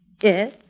Yes